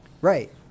right